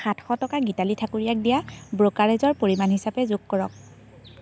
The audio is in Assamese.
সাতশ টকা গীতালি ঠাকুৰীয়াক দিয়া ব্ৰ'কাৰেজৰ পৰিমাণ হিচাপে যোগ কৰক